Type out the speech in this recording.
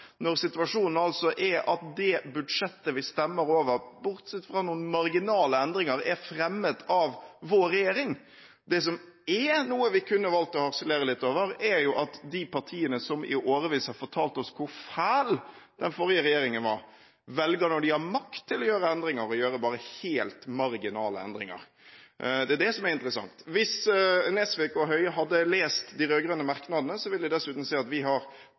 når situasjonen er at det budsjettet vi stemmer over – bortsett fra noen marginale endringer – er fremmet av vår regjering. Det vi kunne valgt å harselere litt over, er at de partiene som i årevis har fortalt oss hvor fæl den forrige regjeringen var, velger – når de har makt til å gjøre endringer – å gjøre bare helt marginale endringer. Det er det som er interessant. Hvis Nesvik og Høie hadde lest de rød-grønne merknadene, ville de dessuten se at vi har